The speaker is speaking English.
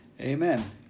Amen